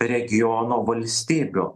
regiono valstybių